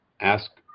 ask